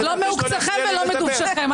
לא מעוקצכם ולא מדובשכם.